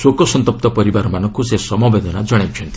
ଶୋକସନ୍ତପ୍ତ ପରିବାରମାନଙ୍କୁ ସେ ସମବେଦନା ଜଣାଇଛନ୍ତି